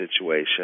situation